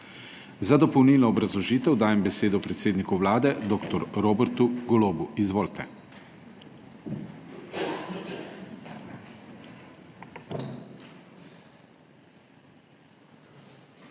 Za dopolnilno obrazložitev dajem besedo predsedniku Vlade, dr. Robertu Golobu. Izvolite.